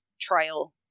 trial